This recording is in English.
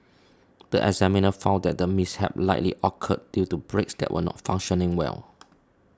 the examiner found that the mishap likely occurred due to brakes that were not functioning well